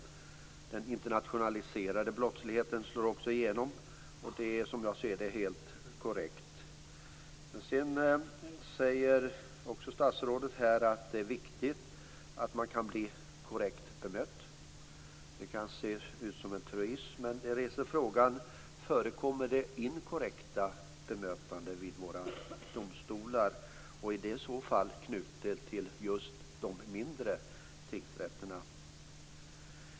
Den internationaliserade brottsligheten slår också igenom, och det är, som jag ser det, helt korrekt. Sedan säger statsrådet att det är viktigt att man kan bli korrekt bemött. Det kan se ut som en truism, men det reser frågan: Förekommer det inkorrekta bemötanden vid våra domstolar, och är det i så fall knutet till just de mindre tingsrätterna?